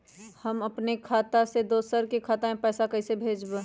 हम अपने खाता से दोसर के खाता में पैसा कइसे भेजबै?